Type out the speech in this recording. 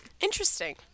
Interesting